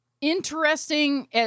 interesting